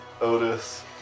Otis